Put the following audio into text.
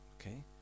okay